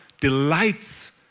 delights